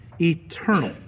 eternal